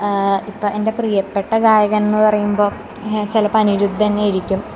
ഇപ്പോൾ എന്റെ പ്രിയപ്പെട്ട ഗായകന്ന്ന് പറയുമ്പം ചിലപ്പോൾ അനിരുദ്ധന്നെയായിരിക്കും